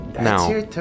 now